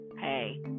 hey